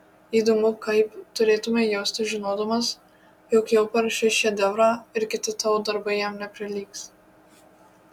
įdomu kaip turėtumei jaustis žinodamas jog jau parašei šedevrą ir kiti tavo darbai jam neprilygs